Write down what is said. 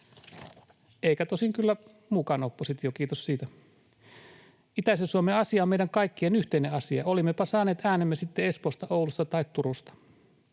eikä tosin kyllä mukaan oppositio — kiitos siitä. Itäisen Suomen asia on meidän kaikkien yhteinen asia, olimmepa saaneet äänemme sitten Espoosta, Oulusta tai Turusta.